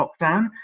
lockdown